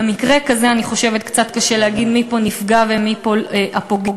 במקרה כזה אני חושבת שקצת קשה להגיד מי פה נפגע ומי פה הפוגע,